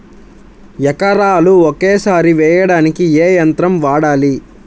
ఎకరాలు ఒకేసారి వేయడానికి ఏ యంత్రం వాడాలి?